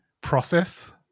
process